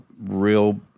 real